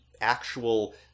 actual